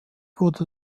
wurde